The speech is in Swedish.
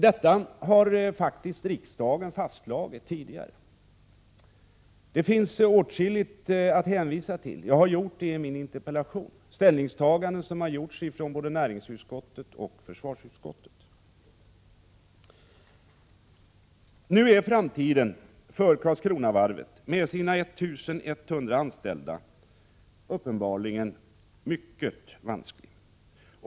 Detta har faktiskt riksdagen fastslagit tidigare. Det finns åtskilligt att hänvisa till, och jag har gjort det i min interpellation, ställningstaganden från både näringsutskottet och försvarsutskottet. Nu är framtiden för Karlskronavarvet med sina 1 100 anställda uppenbarligen mycket vansklig.